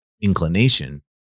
inclination